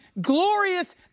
glorious